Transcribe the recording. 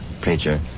picture